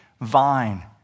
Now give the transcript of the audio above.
vine